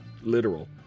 literal